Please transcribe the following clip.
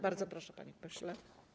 Bardzo proszę, panie pośle.